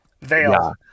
Veil